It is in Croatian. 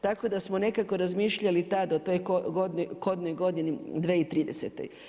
Tako da smo nekako razmišljali tada o toj kodnoj godini 2030.